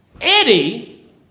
Eddie